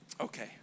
Okay